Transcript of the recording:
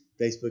Facebook